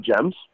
Gems